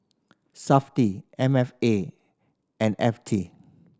Safti M F A and F T